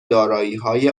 داراییهای